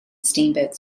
steamboat